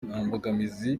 mbogamizi